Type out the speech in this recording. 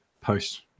post